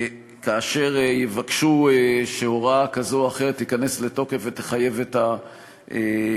כאשר יבקשו שהוראה כזאת או אחרת תיכנס לתוקף ותחייב את ביצוע